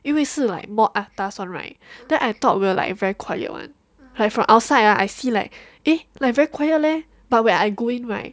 因为是 like more atas [one] right then I thought will like very quiet [one] like from outside ah I feel like eh like very quietly but when I go in right